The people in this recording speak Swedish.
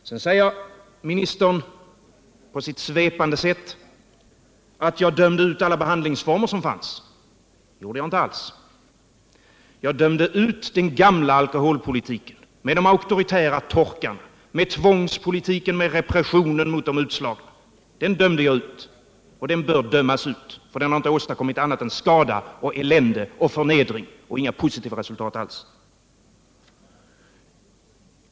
Sedan säger socialministern på sitt svepande sätt att jag dömde ut alla behandlingsformer som fanns, men det gjorde jag inte. Jag dömde ut den gamla alkoholpolitiken med de auktoritära torkarna, med tvångspolitiken, med repressionen mot de utslagna. Den politiken dömde jag ut och den bör dömas ut, för den har inte åstadkommit annat än skada och elände och förnedring. Här finns inga positiva resultat.